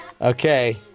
okay